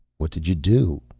what did you do?